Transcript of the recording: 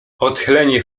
odchylenie